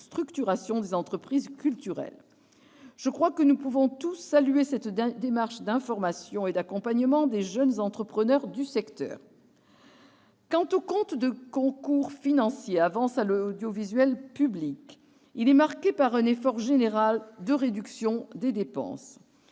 structuration des entreprises culturelles. Je crois que nous pouvons tous saluer cette démarche d'information et d'accompagnement des jeunes entrepreneurs du secteur. Quant au compte de concours financiers « Avances à l'audiovisuel public », il est marqué par un effort général de réduction des dépenses.